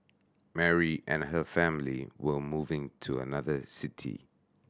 Mary and her family were moving to another city